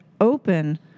open